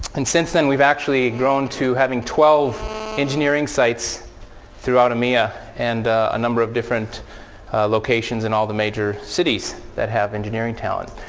and since then, we've actually grown to having twelve engineering sites throughout emea and a number of different locations in all the major cities that have engineering talent.